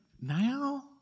now